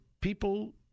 people